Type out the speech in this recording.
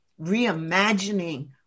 reimagining